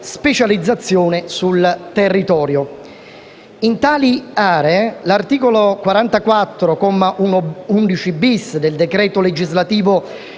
specializzazione sul territorio.